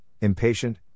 impatient